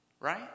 Right